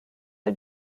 are